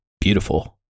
beautiful